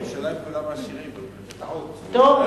ההצעה להעביר את הנושא לוועדת הכלכלה נתקבלה.